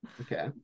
okay